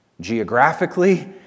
geographically